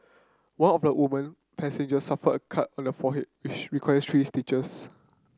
one of the woman passengers suffered a cut on her forehead which required three stitches